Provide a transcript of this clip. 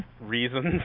reasons